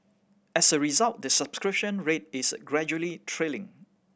as a result the subscription rate is gradually trailing